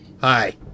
Hi